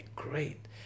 Great